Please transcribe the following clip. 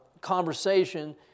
conversation